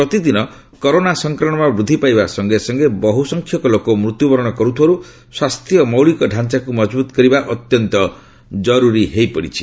ପ୍ରତିଦିନ କରୋନା ସଂକ୍ରମଣ ବୃଦ୍ଧିପାଇବା ସଙ୍ଗେ ସଙ୍ଗେ ବହୁ ସଂଖ୍ୟକ ଲୋକ ମୃତ୍ୟୁ ବରଣ କରୁଥିବାରୁ ସ୍ୱାସ୍ଥ୍ୟ ମୌଳିକ ଢାଞ୍ଚାକୁ ମଜବୁତ କରିବା ଅତ୍ୟନ୍ତ ଜରୁରୀ ହୋଇ ପଡ଼ିଛି